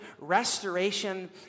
restoration